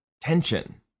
tension